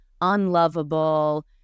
unlovable